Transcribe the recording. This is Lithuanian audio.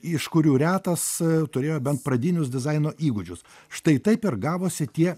iš kurių retas turėjo bent pradinius dizaino įgūdžius štai taip ir gavosi tie